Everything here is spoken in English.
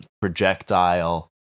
projectile